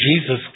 Jesus